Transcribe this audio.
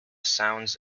sounds